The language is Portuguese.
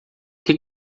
que